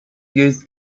used